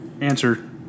Answer